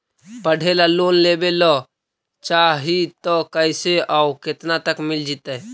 पढ़े ल लोन लेबे ल चाह ही त कैसे औ केतना तक मिल जितै?